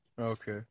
Okay